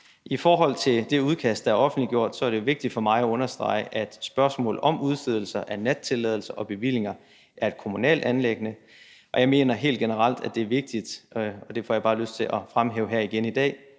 I forhold til det udkast, der er offentliggjort, er det vigtigt for mig at understrege, at spørgsmålet om udstedelse af nattilladelser og bevillinger er et kommunalt anliggende. Jeg mener helt generelt, det er vigtigt, og det får jeg bare lyst til at fremhæve her igen i dag,